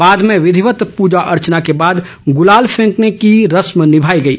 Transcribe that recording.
बाद में विधिवत्त पूजा अर्चना के बाद गुलाल फेंकने की रस्म निभाई गई